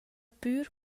pür